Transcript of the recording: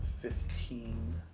fifteen